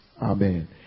Amen